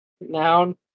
Noun